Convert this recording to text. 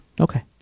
Okay